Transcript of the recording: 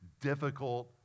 difficult